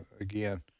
again